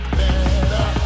better